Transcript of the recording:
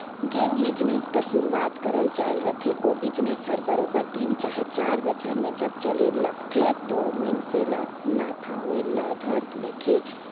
जेन बिजनेस कर सुरूवात करल जाए रहथे ओ बिजनेस हर बरोबेर तीन चहे चाएर बछर में जब चले लगथे त मइनसे ल मुनाफा होए ल धर लेथे